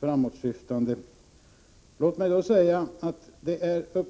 framåtsyftande.